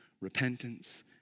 repentance